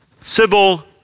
civil